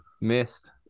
Missed